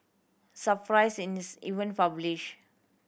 surprised in even published